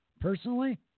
Personally